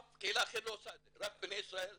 אף קהילה אחרת לא עושה את זה, רק בני ישראל שונים.